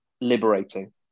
liberating